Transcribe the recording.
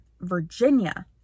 Virginia